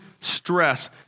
stress